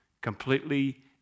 completely